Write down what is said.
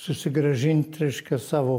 susigrąžint reiškia savo